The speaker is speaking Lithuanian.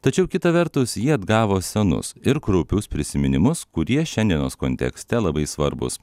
tačiau kita vertus ji atgavo senus ir kraupius prisiminimus kurie šiandienos kontekste labai svarbūs